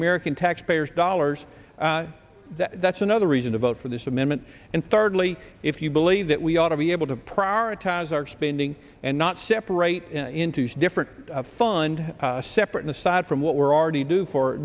american taxpayers dollars that's another reason to vote for this amendment and thirdly if you believe that we ought to be able to prioritize our spending and not separate into different fund separate an aside from what we're already do for